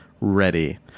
ready